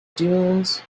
dunes